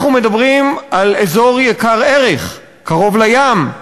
אנחנו מדברים על אזור יקר ערך, קרוב לים,